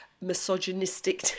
misogynistic